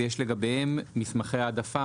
ויש לגביהם מסמכי העדפה,